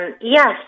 Yes